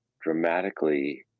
dramatically